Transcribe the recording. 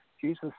jesus